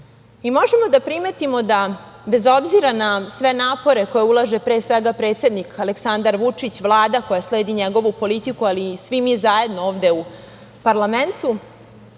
rastu. Možemo da primetimo da bez obzira na sve napore koje ulaže, pre svega predsednik Aleksandar Vučić, Vlada koja sledi njegovu politiku, ali i svi mi zajedno ovde u parlamentu,